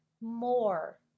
more